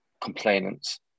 complainants